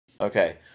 Okay